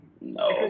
No